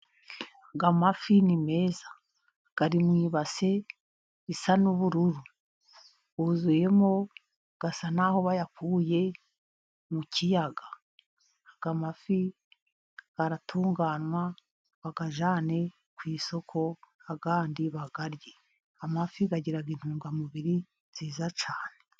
Amafi ni meza ari mu ibase isa n'ubururu, yuzuyemo asa nk'aho bayakuye mu kiyaga. Amafi aratunganywa bayajyane ku isoko ,ayandi bayarye ,amafi agira intungamubiri nziza cyane.